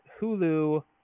Hulu